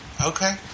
Okay